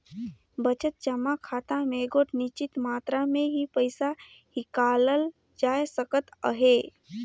बचत जमा खाता में एगोट निच्चित मातरा में ही पइसा हिंकालल जाए सकत अहे